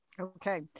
Okay